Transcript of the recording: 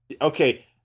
okay